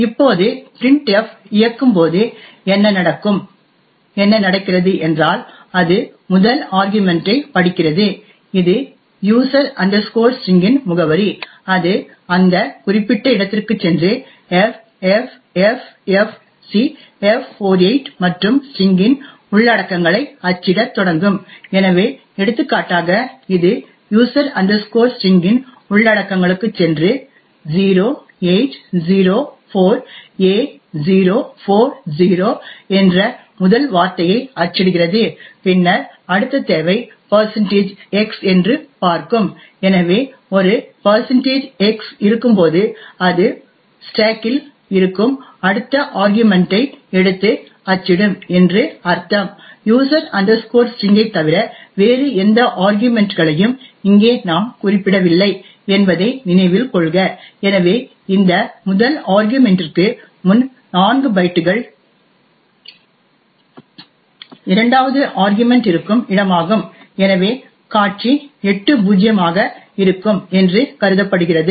இப்போது printf இயக்கும் போது என்ன நடக்கும் என்ன நடக்கிறது என்றால் அது முதல் ஆர்கியுமென்ட்ஐ படிக்கிறது இது யூசர் ஸ்டிரிங் இன் user string முகவரி அது அந்த குறிப்பிட்ட இடத்திற்குச் சென்று ffffcf48 மற்றும் ஸ்டிரிங் இன் உள்ளடக்கங்களை அச்சிடத் தொடங்கும் எனவே எடுத்துக்காட்டாக இது யூசர் ஸ்டிரிங் user string இன் உள்ளடக்கங்களுக்குச் சென்று 0804a040 என்ற முதல் வார்த்தையை அச்சிடுகிறது பின்னர் அடுத்த தேவை x என்று பார்க்கும் எனவே ஒரு x இருக்கும்போது அது ஸ்டேக் இல் இருக்கும் அடுத்த ஆர்கியுமென்ட் ஐ எடுத்து அச்சிடும் என்று அர்த்தம் யூசர் ஸ்டிரிங் user string ஐ தவிர வேறு எந்த ஆர்க்யுமன்ட்களையும் இங்கே நாம் குறிப்பிடவில்லை என்பதை நினைவில் கொள்க எனவே இந்த முதல் ஆர்கியுமென்ட்ற்கு முன் 4 பைட்டுகள் இரண்டாவது ஆர்கியுமென்ட் இருக்கும் இடமாகும் எனவே காட்சி 00000000 ஆக இருக்கும் என்று கருதப்படுகிறது